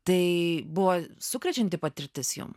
tai buvo sukrečianti patirtis jum